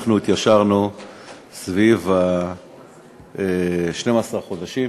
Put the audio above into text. אנחנו התיישרנו סביב 12 חודשים.